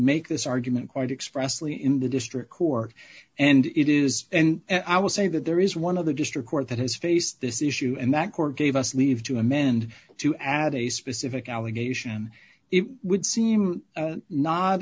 make this argument quite expressly in the district court and it is and i will say that there is one of the district court that has faced this issue and that court gave us leave to amend to add a specific allegation it would seem